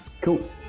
cool